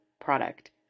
product